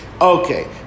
Okay